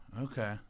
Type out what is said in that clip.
Okay